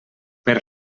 per